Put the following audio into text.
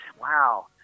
wow